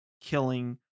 killing